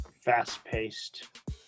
fast-paced